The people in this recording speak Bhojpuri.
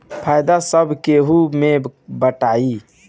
फायदा सब केहू मे बटाई